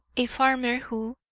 a farmer who,